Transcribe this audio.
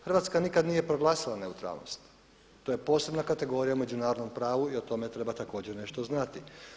Hrvatska nikada nije proglasila neutralnost, to je posebna kategorija u međunarodnom pravu i o tome treba također nešto znati.